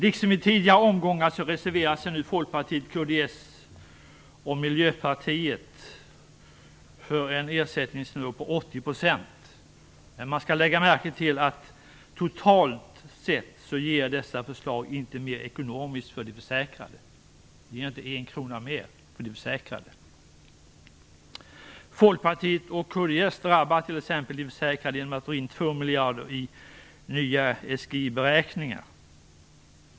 Folkpartiet, kds och Miljöpartiet för en ersättningsnivå på 80 %. Man skall lägga märke till att totalt sett kommer dessa förslag inte att ge mer ekonomiskt för de försäkrade. De ger inte en enda krona mer för de försäkrade. Folkpartiet och kds drabbar t.ex. de försäkrade genom att dra in två miljarder i nya SGI-beräkningar.